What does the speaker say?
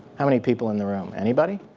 how many people in the room? anybody?